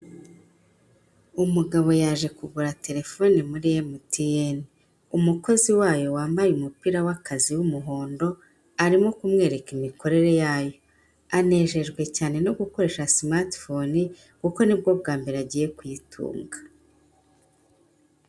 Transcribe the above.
Umugabo yaje kugura telefone muri MTN, umukozi wayo wambaye umupira w'akazi w'umuhondo arimo kumwereka imikorere yayo. Anejejwe cyane no gukoresha simati fone kuko ni bwo bwa mbere agiye kuyitunga.